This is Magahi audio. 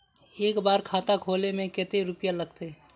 एक बार खाता खोले में कते रुपया लगते?